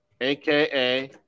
AKA